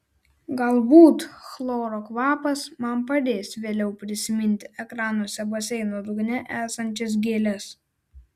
galbūt chloro kvapas man padės vėliau prisiminti ekranuose baseino dugne esančias gėles